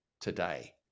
today